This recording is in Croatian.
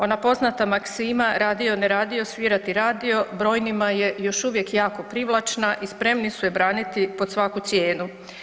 Ona poznata maksima „radio, ne radio, svira ti radio“ brojnima je još uvijek jako privlačna i spremni su je braniti pod svaku cijenu.